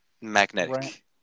Magnetic